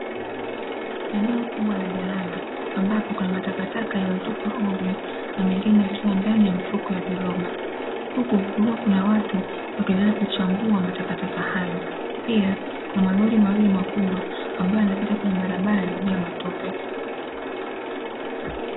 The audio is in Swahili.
Eneo kubwa la jalala ambapo kuna matakataka yaliyotupwa ovyo, na mengine yakiwa ndani ya mifuko ya viroba, huku kukiwa kuna watu wakiendelea kuchambua matakataka hayo. Pia, kuna malori mawili makubwa ambayo yanapita kwenye barabara iliyojaa matope.